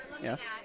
Yes